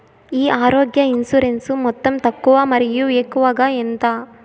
ఈ ఆరోగ్య ఇన్సూరెన్సు మొత్తం తక్కువ మరియు ఎక్కువగా ఎంత?